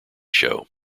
show